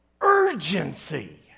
urgency